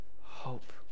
hope